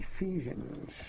Ephesians